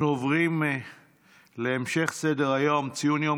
נעבור להצעות לסדר-היום,